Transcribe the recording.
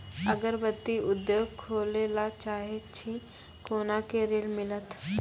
अगरबत्ती उद्योग खोले ला चाहे छी कोना के ऋण मिलत?